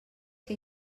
que